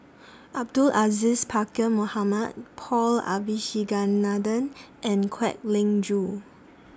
Abdul Aziz Pakkeer Mohamed Paul Abisheganaden and Kwek Leng Joo